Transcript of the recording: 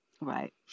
Right